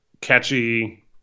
catchy